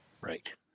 Right